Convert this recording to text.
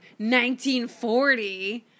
1940